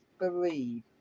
believe